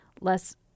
less